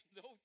no